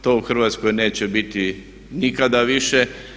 To u Hrvatskoj neće biti nikada više.